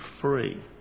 free